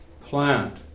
plant